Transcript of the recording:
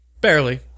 Barely